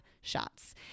shots